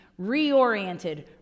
reoriented